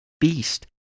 beast